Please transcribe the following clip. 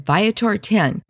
Viator10